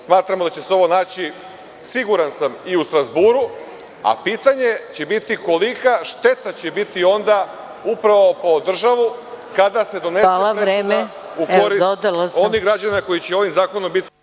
Smatramo da će se ovo naći, siguran sam, i u Strazburu, a pitanje će biti kolika šteta će biti onda upravo po državu kada se donese odluka u korist onih građana koji će i ovim zakonom biti oštećeni.